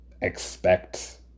expect